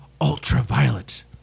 ultraviolet